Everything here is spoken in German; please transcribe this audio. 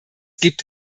gibt